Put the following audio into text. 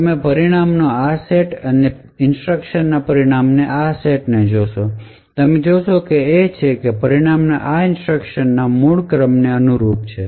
તમે પરિણામોનાં આ સેટ ને અથવા આ ઇન્સટ્રકશન નાં પરિણામોને જોશો અને તમે જે જોશો તે એ છે કે પરિણામો આ ઇન્સટ્રકશન ના મૂળ ક્રમને અનુરૂપ છે